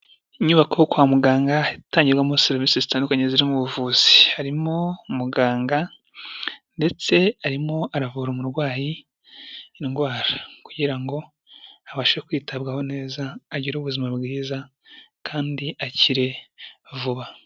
Inyubako yo kwa muganga itangirwamo serivisi zitandukanye zirimo buvuzi, harimo umuganga ndetse arimo aravura umurwayi indwara, kugira ngo abashe kwitabwaho neza agire ubuzima bwiza kandi akire vuba.